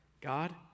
God